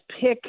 pick